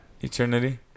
Eternity